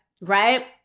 right